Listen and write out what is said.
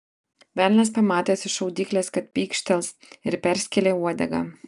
velnias pamatęs iš šaudyklės kad pykštels ir perskėlė uodegą